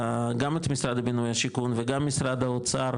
גם את משרד הבינוי והשיכון וגם את משרד האוצר,